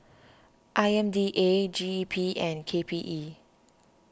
I M D A G E P and K P E